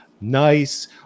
nice